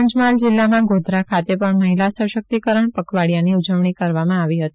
પંચમહાલ જિલ્લામાં ગોધરા ખાતે પણ મહિલા સશક્તિકરણ પખવાડિયાની ઉજવણી કરવામાં આવી હતી